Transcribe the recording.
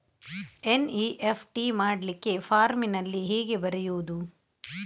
NEFT ಮಾಡ್ಲಿಕ್ಕೆ ಫಾರ್ಮಿನಲ್ಲಿ ಹೇಗೆ ಬರೆಯುವುದು?